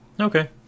Okay